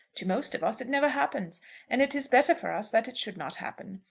to most of us it never happens and it is better for us that it should not happen.